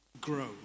Grow